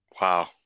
Wow